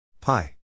pi